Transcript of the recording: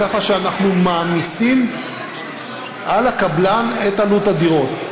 ככה שאנחנו מעמיסים על הקבלן את עלות הדירות,